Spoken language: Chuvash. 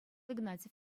игнатьев